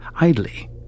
Idly